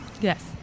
Yes